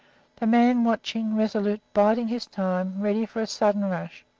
the man watching, resolute, biding his time, ready for a sudden rush,